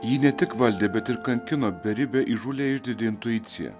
jį ne tik valdė bet ir kankino beribė įžūliai išdidi intuicija